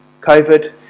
COVID